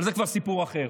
אבל זה כבר סיפור אחר.